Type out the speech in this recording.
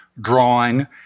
drawing